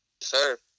Sir